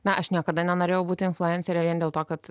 na aš niekada nenorėjau būti influencere vien dėl to kad